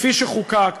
כפי שחוקק,